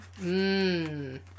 Mmm